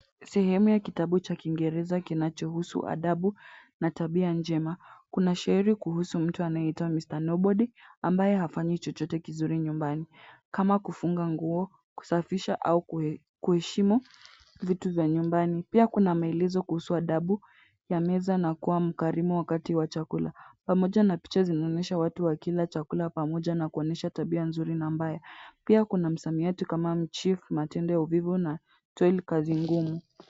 Sehemu ya kitabu cha Kiingereza kinachohusu adabu na tabia njema. Kuna shairi kuhusu mtu anayeitwa Mr . Nobody ambaye hafanyi chochote kizuri nyumbani kama kufunga nguo, kusafisha au kuheshimu vitu vya nyumbani. Pia kuna maelezo kuhusu adabu ya meza na kuwa mkarimu wakati wa chakula pamoja na picha zinaonyesha watu wakila chakula pamoja na kuonyesha tabia nzuri na mbaya. Pia kuna msamiati kama mchi, matendo ya uvivu na toil kazi ngumu.